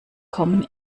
kommen